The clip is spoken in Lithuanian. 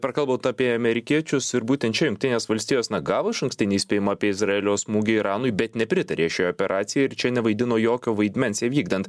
prakalbot apie amerikiečius ir būtent čia jungtinės valstijos na gavo išankstinį įspėjimą apie izraelio smūgį iranui bet nepritarė šiai operacijai ir čia nevaidino jokio vaidmens įvykdant